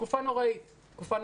תקופה נוראית.